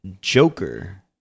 Joker